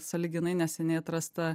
sąlyginai neseniai atrasta